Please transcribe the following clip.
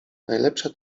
najlepsze